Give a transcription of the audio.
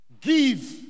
give